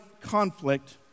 conflict